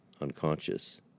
unconscious